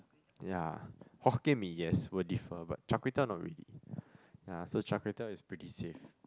ya Hokkien-Mee yes will differ but char-kway-teow not really ya so char-kway-teow is pretty safe